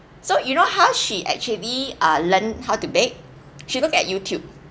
so you know how she actually err learn how to bake she look at youtube